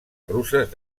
russes